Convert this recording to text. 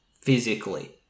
physically